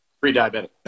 pre-diabetic